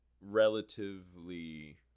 relatively